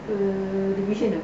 division